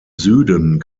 süden